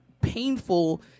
painful